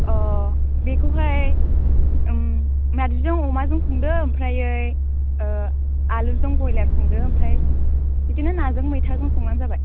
अ बेखौहाय नारजिजों अमाजों संदों ओमफ्रायो आलुजों बयलार संदो ओमफ्राय बिदिनो नाजों मैथाजों संबानो जाबाय